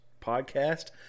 podcast